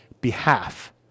behalf